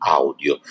audio